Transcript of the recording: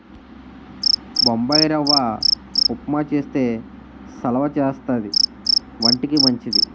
బొంబాయిరవ్వ ఉప్మా చేస్తే సలవా చేస్తది వంటికి మంచిది